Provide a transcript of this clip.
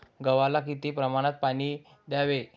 गव्हाला किती प्रमाणात पाणी द्यावे?